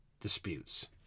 disputes